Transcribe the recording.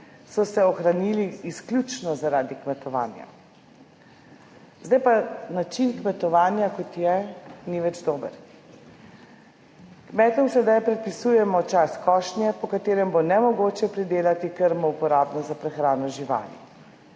so se ohranili izključno zaradi kmetovanja. Zdaj pa način kmetovanja kot je, ni več dober. Kmetom sedaj predpisujemo čas košnje, po katerem bo nemogoče pridelati krmo uporabno za prehrano živali,